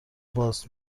باز